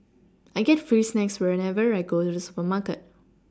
I get free snacks whenever I go to the supermarket